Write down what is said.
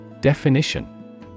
Definition